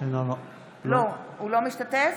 אינו משתתף